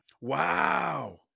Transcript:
Wow